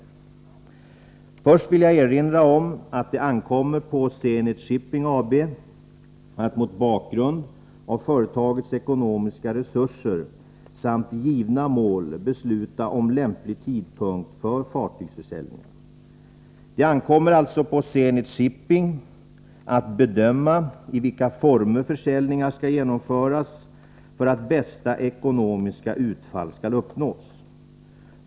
Först vill jag erinra om att det ankommer på Zenit Shipping AB att mot bakgrund av företagets ekonomiska resurser samt givna mål besluta om lämplig tidpunkt för fartygsförsäljningar. Det ankommer alltså på Zenit Shipping att bedöma i vilka former försäljningar skall genomföras för att bästa ekonomiska utfall skall uppnås.